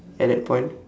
at that point